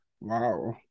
Wow